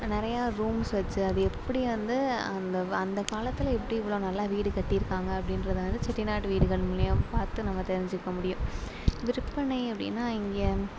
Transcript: நிறையா ரூம்ஸ் வச்சி அது எப்படி வந்து அந்த அந்த காலத்தில் எப்படி இவ்வளோ நல்லா வீடு கட்டி இருக்காங்க அப்படின்றத வந்து செட்டிநாடு வீடுகள் மூலியம் பார்த்து நம்ம தெரிஞ்சிக்க முடியும் விற்பனை அப்படின்னா இங்கே